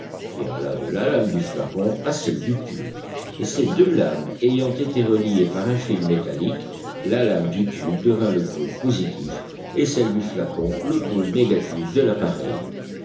qui alla de la lame du flacon à celle du tube et ces deux lames ayant été reliées par un fil métallique la lame du tube devint le pôle positif et celle du flacon le pôle négatif de l'appareil